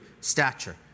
stature